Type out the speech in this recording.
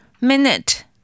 Minute